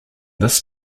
this